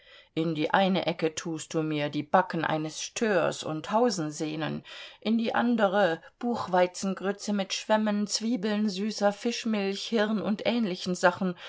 in die eine ecke tust du mir die backen eines störs und hausensehnen in die andere buchweizengrütze mit schwämmen zwiebeln süßer fischmilch hirn und ähnlichen sachen